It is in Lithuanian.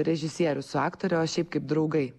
režisierius su aktore o šiaip kaip draugai